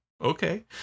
okay